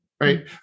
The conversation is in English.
right